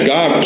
God